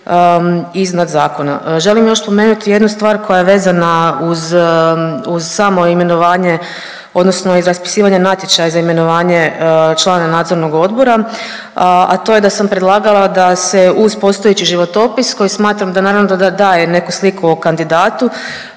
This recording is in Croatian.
iznad zakona. Želim još spomenuti jednu stvar koja je vezana uz samo imenovanje odnosno iz raspisivanje natječaja za imenovanje člana nadzornog odbora, a to je da sam predlagala da se uz postojeći životopis koji smatram da naravno da daje neku sliku o kandidatu